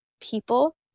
people